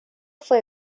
fue